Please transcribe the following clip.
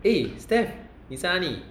eh steph 你在哪里